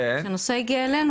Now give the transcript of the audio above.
כאשר הנושא הגיע אלינו,